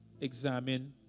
examine